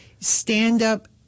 Stand-up